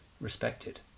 respected